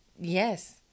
Yes